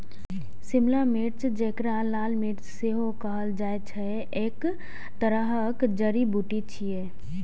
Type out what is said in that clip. शिमला मिर्च, जेकरा लाल मिर्च सेहो कहल जाइ छै, एक तरहक जड़ी बूटी छियै